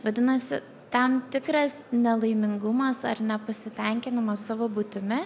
vadinasi tam tikras nelaimingumas ar nepasitenkinimas savo būtimi